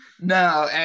no